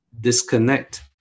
disconnect